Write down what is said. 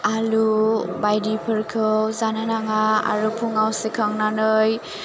आलु बायदिफोरखौ जानो नाङा आरो फुङाव सिखांनानै